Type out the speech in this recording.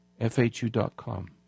FHU.com